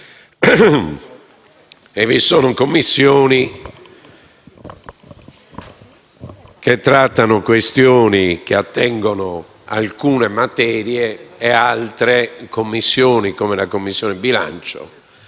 Vi sono Commissioni che trattano questioni che attengono ad alcune materie e altre Commissioni, come la Commissione bilancio,